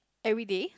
everyday